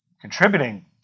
contributing